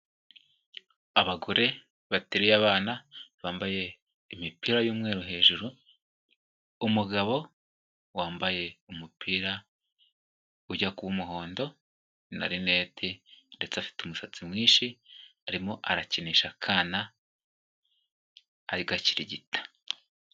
Abagore bateruye abana bambaye imipira y'umweru hejuru, umugabo wambaye umupira ujya kuba umuhondo na rineti ndetse afite umusatsi mwinshi arimo arakinisha akana ari ku gakirigita.